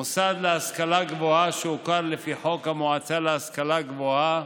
מוסד להשכלה גבוהה שהוכר לפי חוק המועצה להשכלה גבוהה,